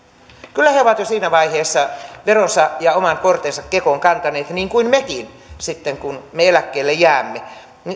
kyllä he ovat jo siinä vaiheessa veronsa ja oman kortensa kekoon kantaneet niin kuin mekin sitten kun me eläkkeelle jäämme